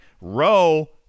row